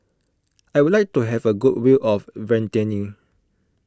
I would like to have a good view of Vientiane